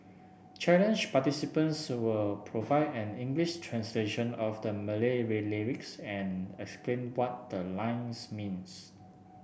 challenge participants will provide an English translation of the Malay lyrics and explain what the lines means